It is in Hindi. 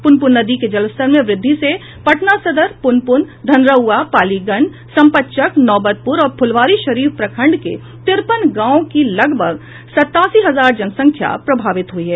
पुनपुन नदी के जलस्तर में वृद्धि से पटना सदर पुनपुन धनरूआ पालीगंज संपतचक नौबतपुर और फुलवारीशरीफ प्रखंड के तिरपन गांव की लगभग सत्तासी हजार जनसंख्या प्रभावित हुई है